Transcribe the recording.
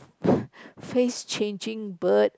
face changing bird